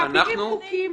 מעבירים חוקים,